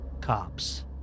cops